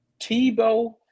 Tebow